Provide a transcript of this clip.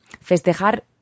Festejar